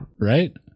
Right